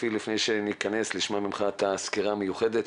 אפי, לפני שניכנס ונשמע ממך את הסקירה המיוחדת,